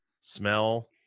smell